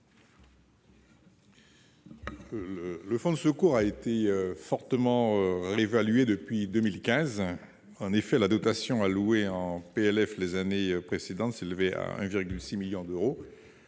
Le Fonds de secours a été fortement réévalué depuis 2015. En effet, la dotation allouée en PLF les années antérieures s'élevait à 1,6 million d'euros